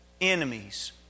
enemies